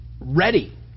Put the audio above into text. ready